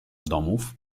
domów